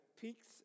peaks